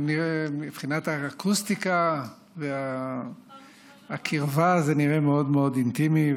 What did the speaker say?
גם מבחינת האקוסטיקה והקרבה זה נראה מאוד מאוד אינטימי,